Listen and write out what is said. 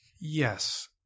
Yes